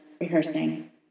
rehearsing